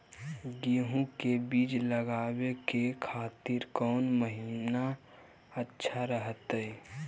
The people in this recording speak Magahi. गेहूं के बीज लगावे के खातिर कौन महीना अच्छा रहतय?